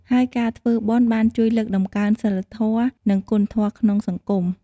ហើយការធ្វើបុណ្យបានជួយលើកកម្ពស់សីលធម៌ និងគុណធម៌ក្នុងសង្គម។